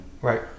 Right